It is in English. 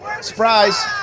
Surprise